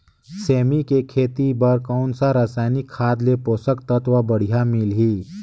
सेमी के खेती बार कोन सा रसायनिक खाद ले पोषक तत्व बढ़िया मिलही?